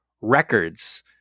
records